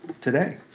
today